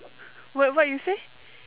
what what you say